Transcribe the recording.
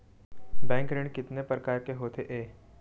Bank ऋण कितने परकार के होथे ए?